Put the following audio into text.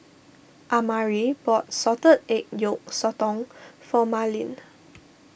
Amari bought Salted Egg Yolk Sotong for Marleen